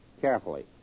carefully